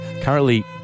currently